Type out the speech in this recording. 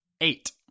Eight